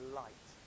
light